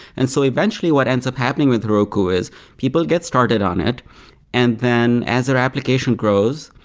and so eventually, what ends up happening with heroku is people get started on it and then as their application grows,